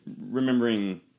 remembering